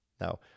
Now